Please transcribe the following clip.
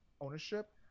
ownership